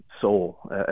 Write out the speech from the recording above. soul